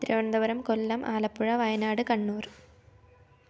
Thiruvananthapuram Kollam Alappuzha Wayanad Kannur